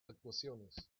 actuaciones